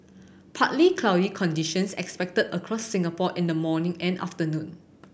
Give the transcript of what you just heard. partly cloudy conditions expected across Singapore in the morning and afternoon